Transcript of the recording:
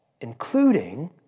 including